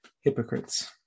hypocrites